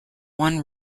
one